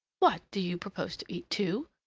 what! do you propose to eat two?